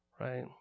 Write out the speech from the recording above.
right